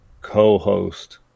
co-host